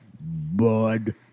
bud